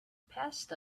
passed